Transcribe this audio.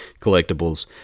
Collectibles